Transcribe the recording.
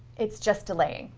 it's just delaying.